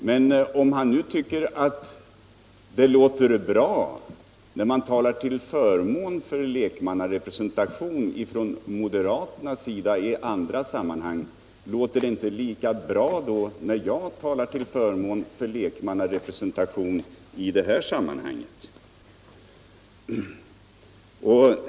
Men om herr Wachtmeister tycker att det låter bra när moderaterna talar till förmån för lek mannarepresentation i andra sammanhaneg, låter det då inte lika bra när jag talar till förmån för lekmannarepresentation i det här sammanhanget?